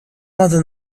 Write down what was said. other